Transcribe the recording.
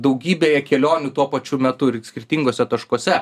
daugybėje kelionių tuo pačiu metu ir skirtinguose taškuose